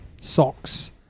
socks